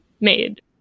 made